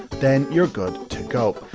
then you're good to go.